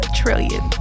trillion